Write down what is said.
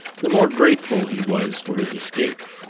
the more grateful he was for his escape.